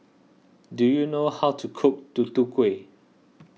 do you know how to cook Tutu Kueh